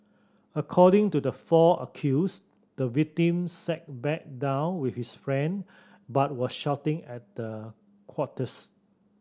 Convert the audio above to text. according to the four accused the victim sat back down with his friend but was shouting at the quartets